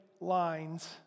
lines